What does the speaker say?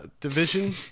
division